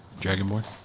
dragonborn